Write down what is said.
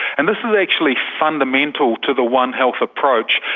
and this is actually fundamental to the one health approach.